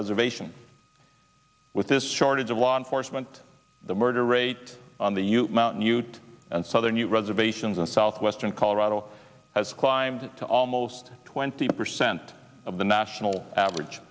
reservation with this shortage of law enforcement the murder rate on the u mountain ute and southern new reservations in southwestern colorado has climbed to almost twenty percent of the national average